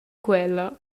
quella